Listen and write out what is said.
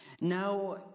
Now